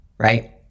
right